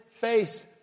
face